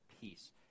peace